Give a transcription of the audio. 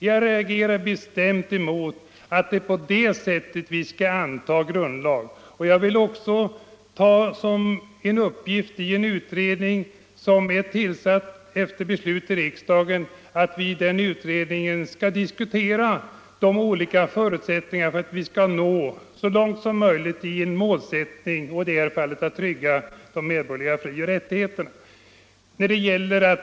Jag reagerar bestämt emot att det är på det sättet vi skall anta grundlag. Som jag ser det var uppgiften för den utredning som blev tillsatt efter beslut i riksdagen att diskutera de olika förutsättningarna för att så långt det är möjligt förverkliga en målsättning, i det här fallet att trygga de medborgerliga frioch rättigheterna.